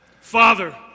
Father